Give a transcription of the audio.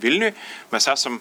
vilniuj mes esam